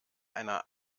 einer